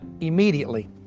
Immediately